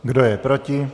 Kdo je proti?